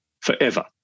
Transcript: forever